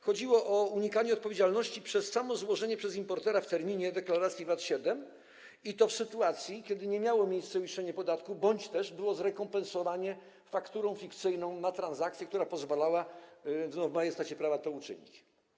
Chodziło o unikanie odpowiedzialności przez samo złożenie przez importera w terminie deklaracji VAT-7, i to w sytuacji, kiedy nie miało miejsca uiszczenie podatku bądź też było zrekompensowanie fikcyjną fakturą dotyczącą transakcji, która pozwalała w majestacie prawa to uczynić.